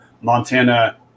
Montana